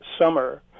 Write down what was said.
summer